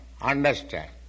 understand